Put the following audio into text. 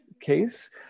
case